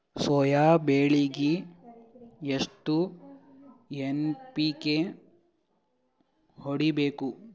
Soya ಬೆಳಿಗಿ ಎಷ್ಟು NPK ಹೊಡಿಬೇಕು?